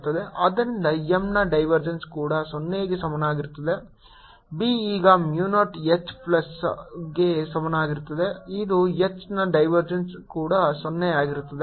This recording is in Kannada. ಆದ್ದರಿಂದ M ನ ಡೈವರ್ಜೆನ್ಸ್ ಕೂಡ 0 ಗೆ ಸಮನಾಗಿರುತ್ತದೆ B ಈಗ mu naught H plus M ಗೆ ಸಮಾನವಾಗಿರುತ್ತದೆ ಇದು H ನ ಡೈವರ್ಜೆನ್ಸ್ ಕೂಡ 0 ಆಗಿರುತ್ತದೆ